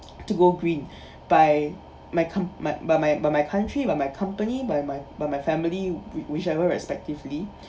to go green by my comp~ my by my by my country by my company by my by my family whi~ whichever respectively